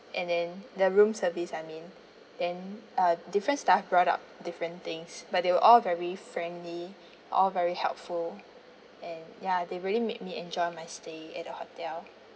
and then the room service I mean then uh different staff brought up different things but they were all very friendly all very helpful and ya they really made me enjoy my stay at the hotel